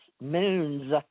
moons